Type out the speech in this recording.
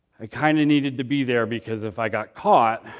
i kind of needed to be there because if i got caught,